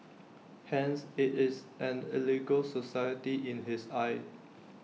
hence IT is an illegal society in his eyes